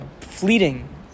fleeting